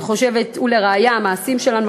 ולראיה המעשים שלנו,